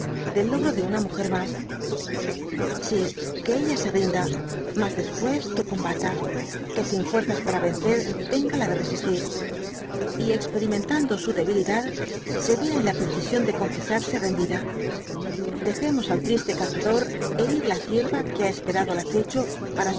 ddi logro de una nrúger mas si que ella se rinda mas después que combata que sin fuerzas para vencer tenga la de resistir y experimentando su debilidad se vea en la precisión de confesarse rendida dejemos al triste cazador herir la cierva que ha esperado al acecho para